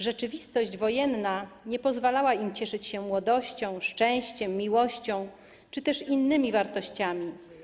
Rzeczywistość wojenna nie pozwalała im cieszyć się młodością, szczęściem, miłością czy też innymi wartościami.